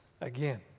again